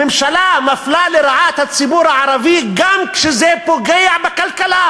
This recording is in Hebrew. הממשלה מפלה לרעה את הציבור הערבי גם כשזה פוגע בכלכלה.